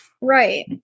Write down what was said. Right